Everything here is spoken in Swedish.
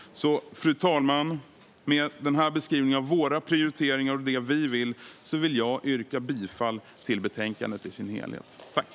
Fru talman! Med denna beskrivning av våra prioriteringar och det vi vill yrkar jag bifall till utskottets förslag i betänkandet.